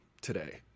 today